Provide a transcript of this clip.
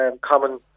common